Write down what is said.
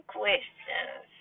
questions